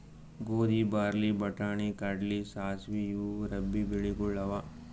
ಗೋಧಿ, ಬಾರ್ಲಿ, ಬಟಾಣಿ, ಕಡ್ಲಿ, ಸಾಸ್ವಿ ಇವು ರಬ್ಬೀ ಬೆಳಿಗೊಳ್ ಅವಾ